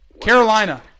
Carolina